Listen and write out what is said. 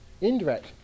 indirect